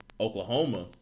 Oklahoma